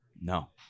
No